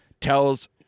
tells